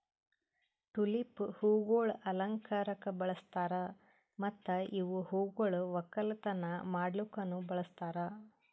tulip ಹೂವುಗೊಳ್ ಅಲಂಕಾರಕ್ ಬಳಸ್ತಾರ್ ಮತ್ತ ಇವು ಹೂಗೊಳ್ ಒಕ್ಕಲತನ ಮಾಡ್ಲುಕನು ಬಳಸ್ತಾರ್